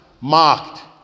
mocked